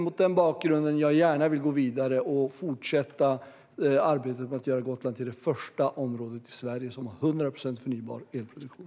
Mot den bakgrunden vill jag gärna gå vidare och fortsätta arbetet med att göra Gotland till det första området i Sverige med 100 procent förnybar elproduktion.